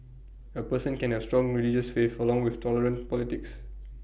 A person can have strong religious faith for long with tolerant politics